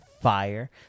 Fire